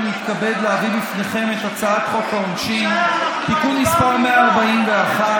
אני מתכבד להביא בפניכם את הצעת חוק העונשין (תיקון מס' 141),